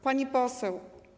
Pani Poseł!